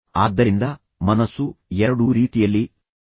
ಆದ್ದರಿಂದ ಮನಸ್ಸು ಎರಡೂ ರೀತಿಯಲ್ಲಿ ಯೋಚಿಸಬಹುದು